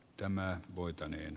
tämä voitaneen